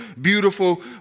beautiful